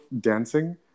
dancing